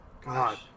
God